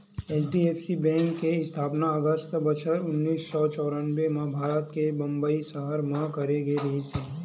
HDFC bank के इस्थापना अगस्त बछर उन्नीस सौ चौरनबें म भारत के बंबई सहर म करे गे रिहिस हे